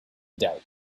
doubt